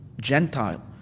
Gentile